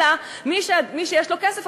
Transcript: אלא מי שיש לו כסף,